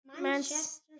Manchester